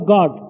God